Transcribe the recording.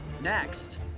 next